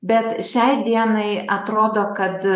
bet šiai dienai atrodo kad